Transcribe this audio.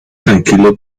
tranquilo